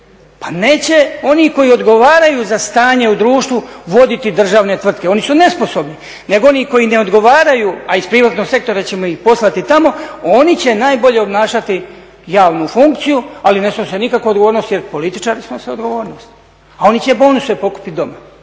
Pa neće oni koji odgovaraju za stanje u društvu voditi državne tvrtke, oni su nesposobni, nego oni koji ne odgovaraju a iz privatnog sektora ćemo ih poslati tamo, oni će najbolje obnašati javnu funkciju ali ne snose nikakvu odgovornost jer političari smo s odgovornosti. A oni će bonuse pokupiti dobre